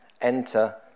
enter